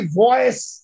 voice